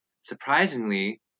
surprisingly